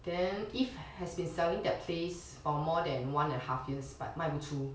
then eve has been selling that place for more than one and a half years but 卖不出